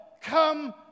come